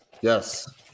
Yes